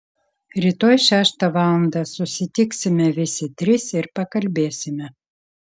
rytoj šeštą valandą susitiksime visi trys ir pakalbėsime